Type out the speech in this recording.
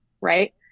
right